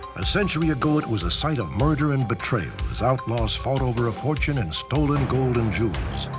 a century ago, it was sight of murder and betrayal as outlaws fought over a fortune in stolen gold and jewels.